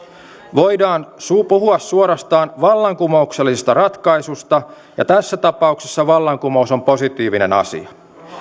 voidaan puhua suorastaan vallankumouksellisesta ratkaisusta ja tässä tapauksessa vallankumous on positiivinen asia